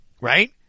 right